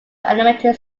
elementary